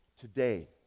today